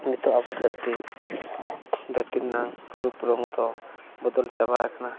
ᱱᱤᱛᱚᱜ ᱟᱵᱚ ᱫᱷᱟᱹᱨᱛᱤ ᱫᱷᱟᱹᱨᱛᱤ ᱨᱮᱱᱟᱜ ᱨᱩᱯ ᱨᱚᱝ ᱫᱚ ᱵᱚᱫᱚᱞ ᱪᱟᱵᱟ ᱟᱠᱟᱱᱟ